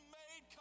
made